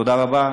תודה רבה.